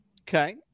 okay